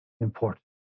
important